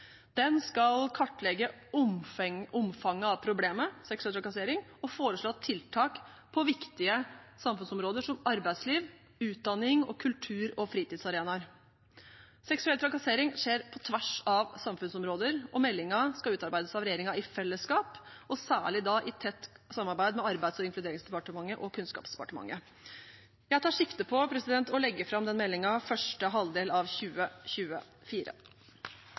Den skal kartlegge omfanget av problemet seksuell trakassering og foreslå tiltak på viktige samfunnsområder, som arbeidsliv, utdanning, kultur og fritidsarenaer. Seksuell trakassering skjer på tvers av samfunnsområder, og meldingen skal utarbeides av regjeringen i fellesskap, og særlig da i tett samarbeid med Arbeids- og inkluderingsdepartementet og Kunnskapsdepartementet. Jeg tar sikte på å legge fram den meldingen i første halvdel av 2024.